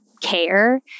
care